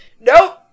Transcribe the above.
nope